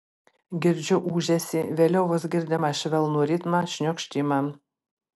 girdžiu ūžesį vėliau vos girdimą švelnų ritmą šniokštimą